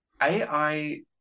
AI